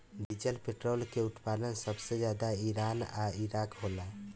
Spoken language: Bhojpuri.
डीजल पेट्रोल के उत्पादन सबसे ज्यादा ईरान आ इराक होला